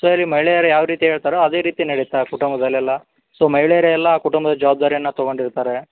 so ಇಲ್ಲಿ ಮಹಿಳೆಯರು ಯಾವ ರೀತಿ ಹೇಳ್ತಾರೊ ಅದೇ ರೀತಿ ನಡೆಯುತ್ತೆ ಆ ಕುಟುಂಬದಲೆಲ್ಲಾ ಸೊ ಮಹಿಳೆಯರೆ ಎಲ್ಲಾ ಆ ಕುಟುಂಬದ ಜವಾಬ್ದಾರಿಯನ್ನು ತಗೊಂಡಿರ್ತಾರೆ